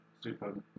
Super